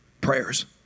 prayers